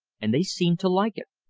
and they seem to like it.